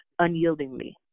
Unyieldingly